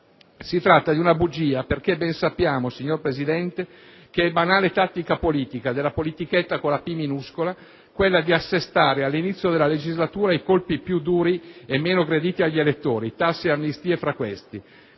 Si tratta di una bugia, perché ben sappiamo, signor Presidente, che è banale tattica politica (della politichetta con la «p» minuscola) quella di assestare all'inizio della legislatura i colpi più duri e meno graditi agli elettori - tasse e amnistie, fra questi